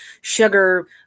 sugar